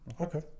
Okay